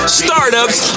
startups